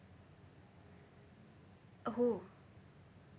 oh